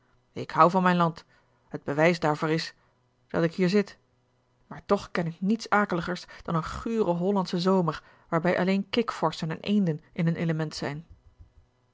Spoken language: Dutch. ik houd van mijn land het bewijs daarvoor is dat ik hier zit maar toch ken ik niets akeligers dan een guren hollandschen zomer waarbij alleen kikvorschen en eenden in hun element zijn